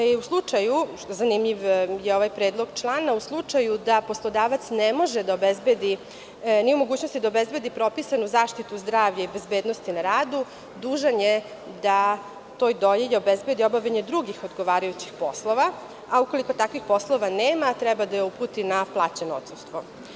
Zanimljiv je ovaj predlog člana, u slučaju da poslodavac ne može da obezbedi, nije u mogućnosti da obezbedi propisanu zaštitu zdravlja i bezbednosti na radu, dužan je da toj doilji obezbedi obavljanje drugih odgovarajućih poslova, a ukoliko takvih poslova nema, treba da je uputi na plaćeno odsustvo.